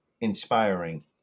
inspiring